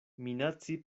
minaci